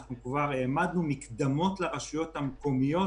אנחנו כבר העמדנו מקדמות לרשויות המקומיות